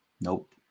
nope